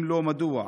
אם לא, מדוע?